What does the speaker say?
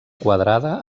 quadrada